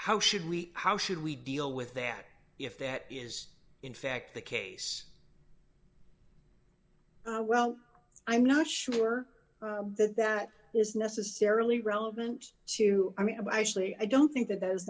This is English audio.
how should we how should we deal with that if that is in fact the case well i'm not sure that that is necessarily relevant to i mean i actually i don't think that those